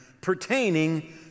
pertaining